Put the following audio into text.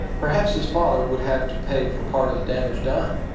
perhaps his father would have to pay for part of the damage done.